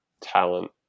talent